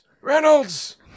Reynolds